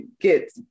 get